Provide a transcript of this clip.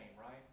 Right